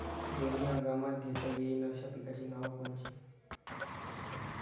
दोनी हंगामात घेता येईन अशा पिकाइची नावं कोनची?